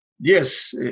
Yes